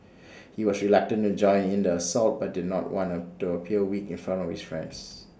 he was reluctant to join in the assault but did not want A to appear weak in front of his friends